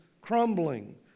crumbling